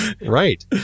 Right